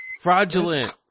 Fraudulent